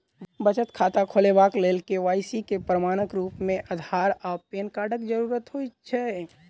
बचत खाता खोलेबाक लेल के.वाई.सी केँ प्रमाणक रूप मेँ अधार आ पैन कार्डक जरूरत होइ छै